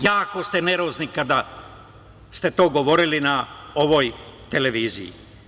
Jako ste nervozni kada ste to govorili na ovoj televiziji.